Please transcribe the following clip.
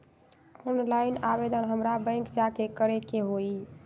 Online आवेदन हमरा bank जाके करे के होई?